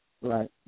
Right